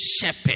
shepherd